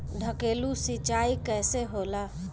ढकेलु सिंचाई कैसे होला?